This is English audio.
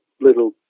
little